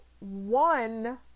one